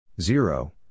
Zero